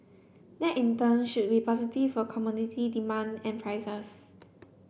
that in turn should be positive for commodity demand and prices